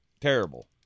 Terrible